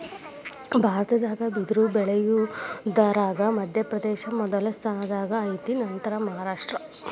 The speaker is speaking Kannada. ಭಾರತದಾಗ ಬಿದರ ಬಳಿಯುದರಾಗ ಮಧ್ಯಪ್ರದೇಶ ಮೊದಲ ಸ್ಥಾನದಾಗ ಐತಿ ನಂತರಾ ಮಹಾರಾಷ್ಟ್ರ